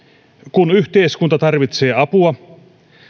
kun yhteiskunta tarvitsee apua